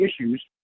issues